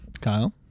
Kyle